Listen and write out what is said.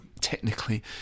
technically